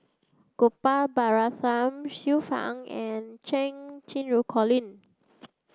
Gopal Baratham Xiu Fang and Cheng Xinru Colin